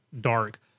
dark